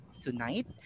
tonight